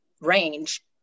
range